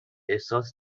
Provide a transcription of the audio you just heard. احساس